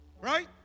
right